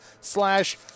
slash